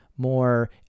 more